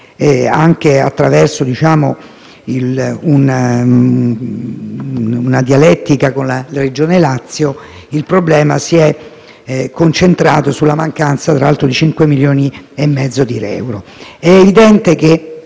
anche attraverso una dialettica con la Regione Lazio, il problema si è concentrato sulla mancanza di 5 milioni e mezzo di euro.